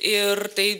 ir tai